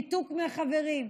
ניתוק מהחברים,